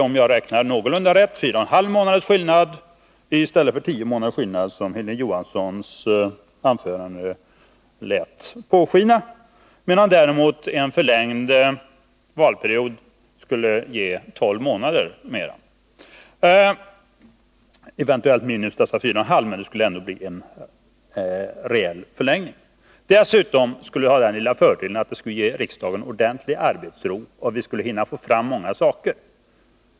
Om jag räknar någorlunda rätt blir det fyra och en halv månads skillnad i stället för tio månaders skillnad, som Hilding Johansson lät påskina. En förlängd mandatperiod skulle däremot ge tolv månader ytterligare — eventuellt minus dessa fyra och en halv, men det skulle ändå bli en reell förlängning. Dessutom skulle det ha den lilla fördelen att det ger riksdagen ordentlig arbetsro — vi skulle hinna få fram mycket.